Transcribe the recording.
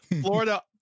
Florida